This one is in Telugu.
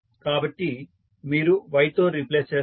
కాబట్టి మీరు Yతో రీప్లేస్ చేస్తారు